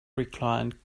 reclined